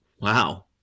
Wow